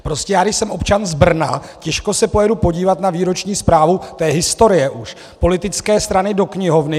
Prostě já když jsem občan z Brna, těžko se pojedu podívat na výroční zprávu, to je historie už, politické strany do knihovny.